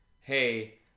hey